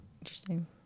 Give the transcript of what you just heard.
Interesting